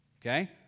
Okay